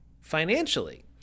financially